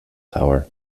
tower